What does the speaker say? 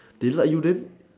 they like you then